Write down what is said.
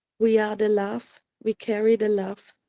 we are the love, we carry the love,